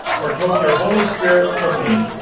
or take your holy spirit from me.